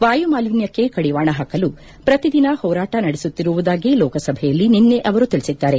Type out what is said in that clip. ವಾಯುಮಾಲಿನ್ಲಕ್ಷೆ ಕಡಿವಾಣ ಹಾಕಲು ಪ್ರತಿ ದಿನ ಹೋರಾಟ ನಡೆಸುತ್ತಿರುವುದಾಗಿ ಲೋಕಸಭೆಯಲ್ಲಿ ನಿನ್ನೆ ಅವರು ತಿಳಿಸಿದ್ದಾರೆ